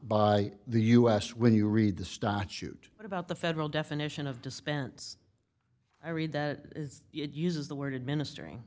by the us when you read the statute about the federal definition of dispense i read that it uses the word administering